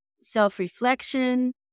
self-reflection